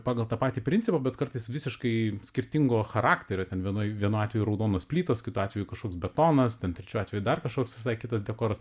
pagal tą patį principą bet kartais visiškai skirtingo charakterio ten vienoj vienu atveju raudonos plytos kitu atveju kažkoks betonas ten trečiu atveju dar kažkoks visai kitas dekoras